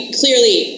clearly